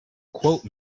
quote